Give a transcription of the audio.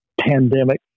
pandemic